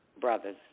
brothers